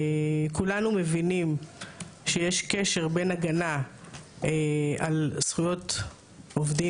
כולנו מבינים שיש קשר בין הגנה על זכויות העובדים